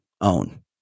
own